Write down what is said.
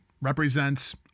represents